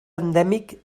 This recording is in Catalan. endèmic